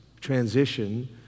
transition